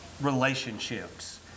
relationships